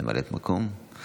ממלאת מקום.